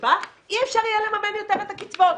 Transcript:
שבה אי אפשר יהיה לממן יותר את הקצבאות.